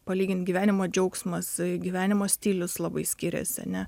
palygint gyvenimo džiaugsmas gyvenimo stilius labai skiriasi ane